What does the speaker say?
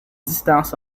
distances